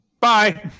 Bye